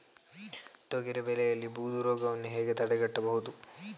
ತೊಗರಿ ಬೆಳೆಯಲ್ಲಿ ಬೂದು ರೋಗವನ್ನು ಹೇಗೆ ತಡೆಗಟ್ಟಬಹುದು?